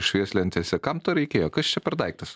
švieslentėse kam to reikėjo kas čia per daiktas